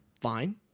fine